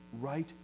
right